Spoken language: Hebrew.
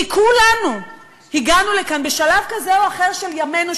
כי כולנו הגענו לכאן בשלב כזה או אחר של ימינו,